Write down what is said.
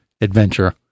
adventure